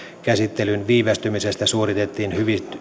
käsittelyn viivästymisestä suoritettiin